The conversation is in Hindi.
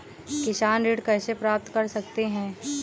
किसान ऋण कैसे प्राप्त कर सकते हैं?